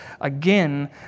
again